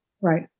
right